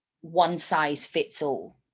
one-size-fits-all